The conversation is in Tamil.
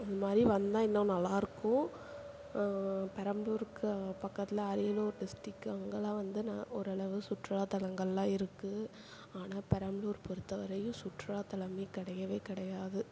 அந்த மாதிரி வந்தால் இன்னும் நல்லா இருக்கும் பெரம்பலூருக்கு பக்கத்தில் அரியலூர் டிஸ்ட்ரிக்கு அங்கெல்லாம் வந்து ந ஓரளவு சுற்றுலாத்தலங்களெலாம் இருக்குது ஆனால் பெரம்பலூர் பொறுத்த வரையும் சுற்றுலாத்தலம் கிடையவே கிடையாது